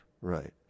right